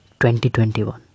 2021